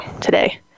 today